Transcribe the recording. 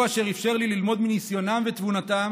והוא אשר אפשר לי ללמוד מניסיונם ותבונתם